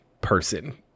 person